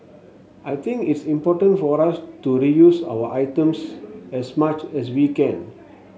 I think it's important for us to reuse our items as much as we can